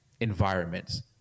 environments